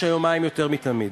יש היום מים יותר מתמיד.